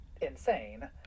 insane